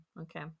okay